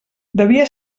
devia